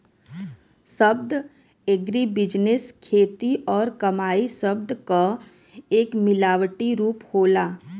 शब्द एग्रीबिजनेस खेती और कमाई शब्द क एक मिलावटी रूप होला